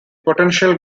potential